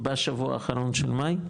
בשבוע האחרון של מאי.